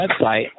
website